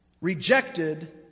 rejected